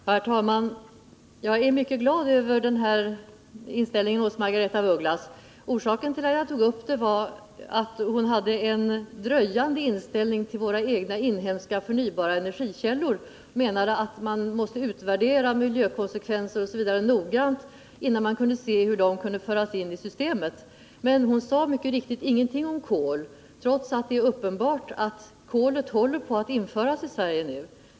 Herr talman! Jag är mycket glad över den här inställningen hos Margaretha af Ugglas. Orsaken till att jag tog upp frågan om kolet var att hon hade en dröjande inställning till våra egna inhemska förnybara energikällor och menade att man måste utvärdera miljökonsekvenser osv. noggrant innan man kunde se hur de skulle kunna föras in i systemet. Men hon sade, mycket riktigt, ingenting om kol trots att det är uppenbart att kolet håller på att införas i Sverige nu.